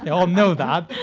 and all know that.